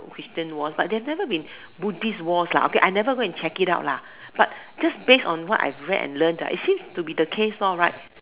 Christian Wars but there have never been Buddhist Wars lah okay I never go and check it out lah but cause based on what I've read and learnt it seems to be the case right